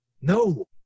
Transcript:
no